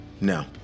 No